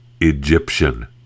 Egyptian